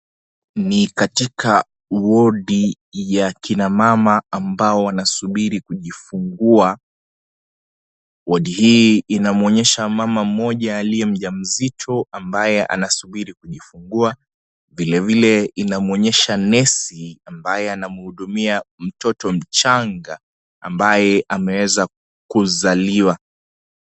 Ni katika, wodi ya kina mama ambao wanasubiri kujifungua, wodi hii inamwonyesha mama mmoja alie mjamzito ambaye anasubiri kujifungua, vile vile inamwonyesha Nesi ambaye anamhudumia mtoto mchanga ambaye ameweza kuzaliwa.